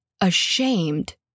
ashamed